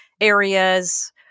areas